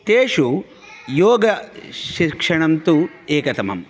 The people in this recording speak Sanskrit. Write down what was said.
तेषु योगशिक्षणं तु एकतमं